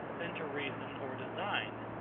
than to reason or design.